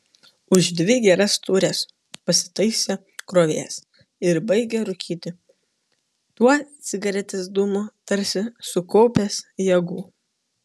už dvi geras taures pasitaisė krovėjas ir baigė rūkyti tuo cigaretės dūmu tarsi sukaupęs jėgų